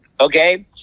okay